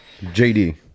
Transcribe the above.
jd